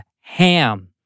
Ham